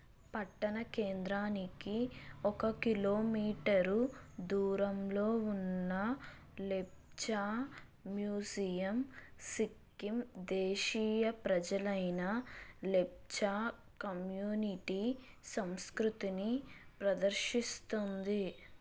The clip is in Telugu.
పట్టణ కేంద్రానికి ఒక కిలోమీటరు దూరంలో ఉన్న లెప్చా మ్యూజియం సిక్కిం దేశీయ ప్రజలైన లెప్చా కమ్యూనిటీ సంస్కృతిని ప్రదర్శిస్తుంది